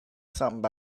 something